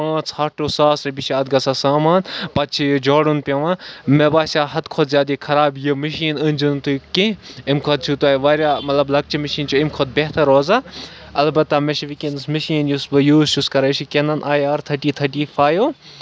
پانژھ ہَتھ ٹو ساس رۄپییہِ چھِ اَتھ گژھان سَمان پَتہٕ چھُ یہِ جاڈُن پیٚوان مےٚ باسیٚو حدٕ کھۄتہٕ زیادٕ یہِ خراب یہِ مِشیٖن أنۍ زیو نہٕ تُہۍ کیٚنٛہہ اَمہِ کھۄتہٕ چھِ تۄہہِ واریاہ مطلب لۄکچہِ مِشیٖن چھِ اَمہِ کھۄتہٕ بہتر روزان اَلبتہ مےٚ چھِ ؤنکینس مِشیٖن یُس بہٕ یوٗز چھُس کران یہِ چھِ کیٚنن آیی آر تھٔٹی تھٔٹی فَیو